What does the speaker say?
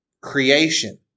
creation